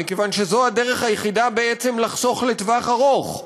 מכיוון שזו הדרך היחידה לחסוך לטווח ארוך.